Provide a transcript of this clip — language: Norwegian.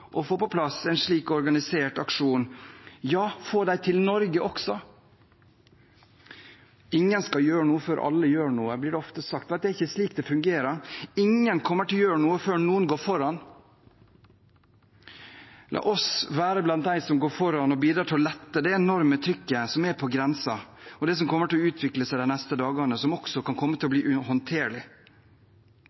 å få på plass en slik organisert aksjon – ja, få dem til Norge også. Ingen skal gjøre noe før alle gjør noe, blir det ofte sagt. Nei, det er ikke slik det fungerer. Ingen kommer til å gjøre noe før noen går foran. La oss være blant dem som går foran og bidrar til å lette det enorme trykket som er på grensen, og det som kommer til å utvikle seg de neste dagene, som også kan komme til å bli uhåndterlig.